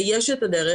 ויש את הדרך,